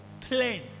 Plain